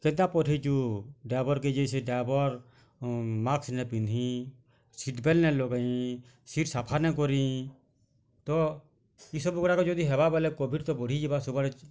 କେତା ପଠାଇଛୁ ଡାବର୍କେ ଯେ ସେ ଡାବର୍ ମାସ୍କ୍ ନାଇଁ ପିନ୍ଧି ସିଟ୍ ବେଲ୍ଟ୍ ନାଇଁ ଲଗେଇଁ ସିଟ୍ ସଫା ନାଇଁ କରିଁ ତ ଏସବୁ ଗୁଡ଼ାକ ଯଦି ହେବା ବୋଲେ କୋଭିଡ଼୍ ତ ବଢ଼ିଯିବା ସବୁଆଡ଼େ